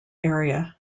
area